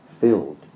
filled